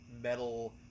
metal